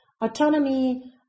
Autonomy